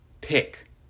pick